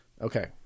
Okay